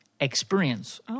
experience